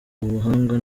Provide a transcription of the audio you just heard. ubuhanga